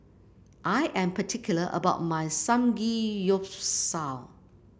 I am particular about my Samgeyopsal